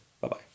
Bye-bye